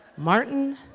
martin